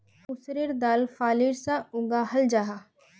मसूरेर दाल फलीर सा उगाहल जाहा